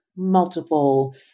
multiple